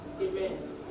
Amen